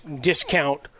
discount